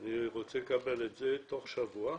אני רוצה לקבל את זה בתוך שבוע,